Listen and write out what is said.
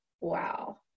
wow